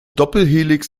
doppelhelix